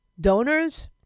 donors